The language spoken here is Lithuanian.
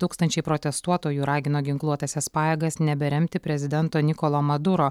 tūkstančiai protestuotojų ragino ginkluotąsias pajėgas neberemti prezidento nikolo maduro